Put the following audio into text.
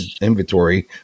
inventory